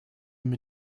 mit